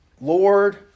Lord